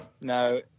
No